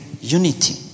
unity